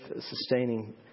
sustaining